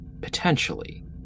potentially